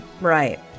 Right